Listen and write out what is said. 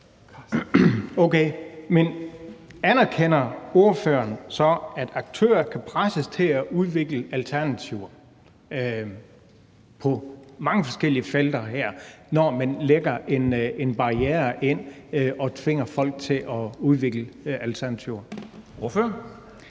anerkender ordføreren så, at aktører kan presses til at udvikle alternativer på mange forskellige felter her, når man lægger en barriere ind og tvinger folk til at udvikle alternativer?